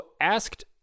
asked